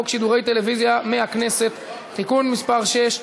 שידורי טלוויזיה מהכנסת (תיקון מס' 6),